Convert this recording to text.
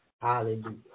Hallelujah